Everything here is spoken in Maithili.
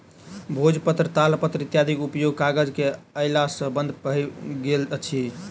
भोजपत्र, तालपत्र इत्यादिक उपयोग कागज के अयला सॅ बंद प्राय भ गेल अछि